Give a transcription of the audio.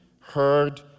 heard